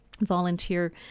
volunteer